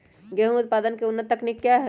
गेंहू उत्पादन की उन्नत तकनीक क्या है?